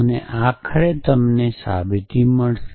અને આખરે તમને સાબિતી મળશે